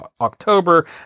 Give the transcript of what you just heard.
October